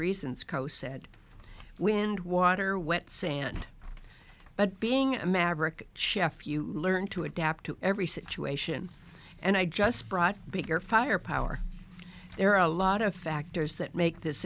reasons koh said wind water wet sand but being a maverick chef you learn to adapt to every situation and i just brought bigger firepower there are a lot of factors that make this